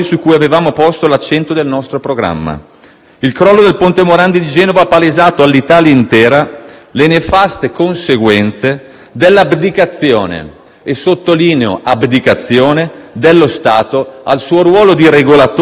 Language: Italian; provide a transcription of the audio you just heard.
il crollo del ponte Morandi di Genova ha palesato all'Italia intera le nefaste conseguenze dell'abdicazione dello Stato - e sottolineo abdicazione - dal suo ruolo di regolatore e soprattutto di controllore,